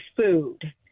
food